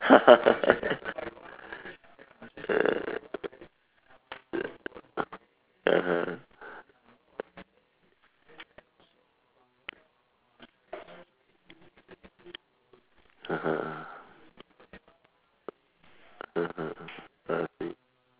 (uh huh) (uh huh) (uh huh)